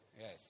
Yes